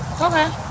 Okay